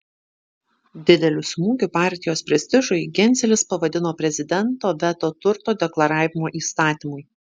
dideliu smūgiu partijos prestižui genzelis pavadino prezidento veto turto deklaravimo įstatymui